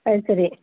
അത് ശരി